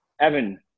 Evan